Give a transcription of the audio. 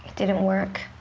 didn't work.